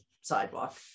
sidewalk